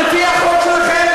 לפי החוק שלכם,